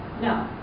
No